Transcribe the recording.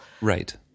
Right